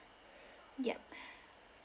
yup